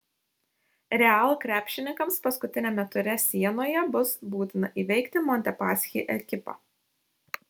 real krepšininkams paskutiniame ture sienoje bus būtina įveikti montepaschi ekipą